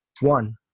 One